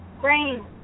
brain